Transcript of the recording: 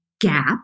gap